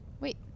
Wait